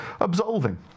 absolving